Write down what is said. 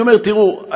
אני אומר: תראו,